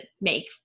make